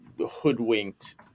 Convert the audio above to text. hoodwinked